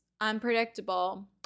unpredictable